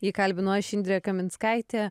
jį kalbinu aš indrė kaminskaitė